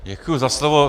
Děkuji za slovo.